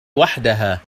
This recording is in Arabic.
وحدها